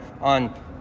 on